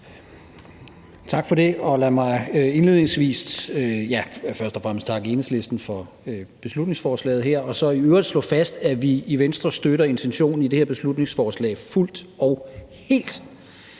Tak for det. Lad mig indledningsvis først og fremmest takke Enhedslisten for beslutningsforslaget her og så i øvrigt slå fast, at vi i Venstre støtter intentionen i det her beslutningsforslag fuldt og helt. Vi synes